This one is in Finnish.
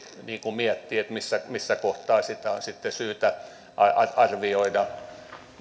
miettiä missä missä kohtaa sitä on sitten syytä arvioida